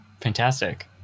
Fantastic